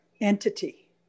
entity